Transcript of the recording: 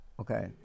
Okay